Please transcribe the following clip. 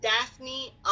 daphne